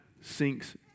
sinks